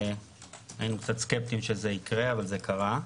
היינו קצת סקפטיים שזה יקרה, אבל זה קרה.